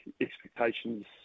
expectations